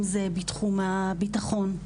אם זה בתחום הביטחון,